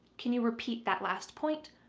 can you repeat that last point?